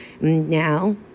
now